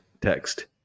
text